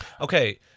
Okay